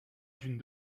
d’une